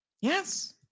Yes